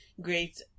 great